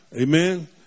Amen